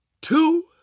two